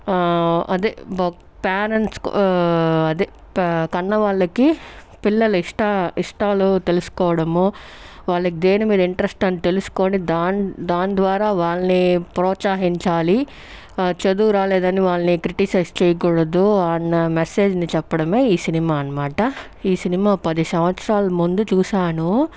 అదే బ పేరెంట్స్ అదే పే కన్నవాళ్ళకి పిల్లల ఇష్ట ఇష్టాలు తెలుసుకోవడం వాళ్ళకి దేని మీద ఇంట్రెస్ట్ అని తెలుసుకొని దాని దాని ద్వారా వారిని ప్రోత్సహించాలి చదువు రాలేదని వాళ్ళని క్రిటిసైజ్ చేయకూడదన్న మెసేజ్ ని చెప్పడమే ఈ సినిమా అనమాట ఈ సినిమా పది సంవత్సరాల ముందు చూశాను